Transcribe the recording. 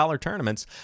tournaments